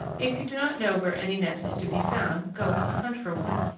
if you do not know where any nest is to be found go out and hunt for one.